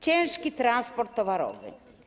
Ciężki transport towarowy.